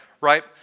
Right